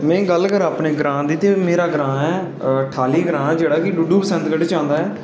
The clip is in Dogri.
में गल्ल करां जे अपने ग्रांऽ दी ते मेरा ग्रांऽ ऐ ठाह्ली ग्रांऽ जेह्ड़ा की डुड्डू बसंतगढ़ च औंदा ऐ